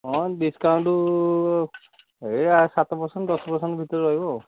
ହଁ ଡିସକାଉଣ୍ଟ ଏଇ ସାତ ପରସେଣ୍ଟ ଦଶ ପରସେଣ୍ଟ ଭିତରେ ରହିବ